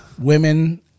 women